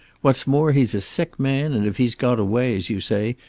what's more, he's a sick man, and if he's got away, as you say,